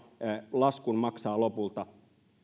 laskun maksaa lopulta